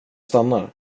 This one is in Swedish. stannar